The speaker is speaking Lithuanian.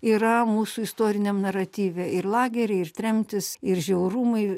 yra mūsų istoriniam naratyve ir lageriai ir tremtys ir žiaurumai